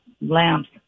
lamps